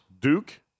Duke